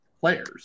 players